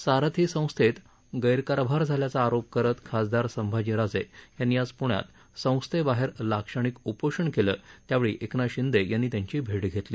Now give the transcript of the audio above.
सारथी संस्थेत गैरकारभार झाल्याचा आरोप करत खासदार संभाजी राजे यांनी आज प्ण्यात संस्थेबाहेर लाक्षणिक उपोषण केलं त्यावेळी एकनाथ शिंदे यांनी त्यांची भेट घेतली